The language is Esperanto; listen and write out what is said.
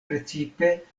precipe